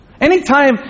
Anytime